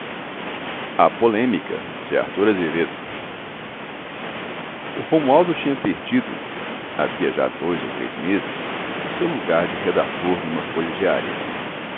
meu instinto de mãe o romualdo tinha perdido havia já dois ou três meses o seu lugar de redator numa folha diária